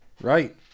Right